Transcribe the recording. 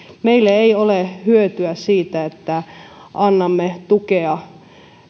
meille ei ole hyötyä siitä että annamme tukea